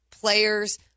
players